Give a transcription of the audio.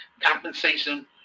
compensation